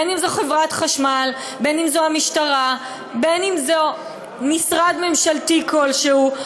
אם זאת חברת חשמל ואם זאת המשטרה ואם זה משרד ממשלתי כלשהו,